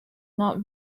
not